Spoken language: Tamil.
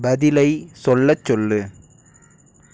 பதிலை சொல்லச்சொல்